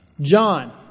John